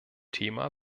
thema